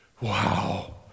wow